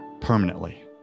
permanently